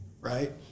right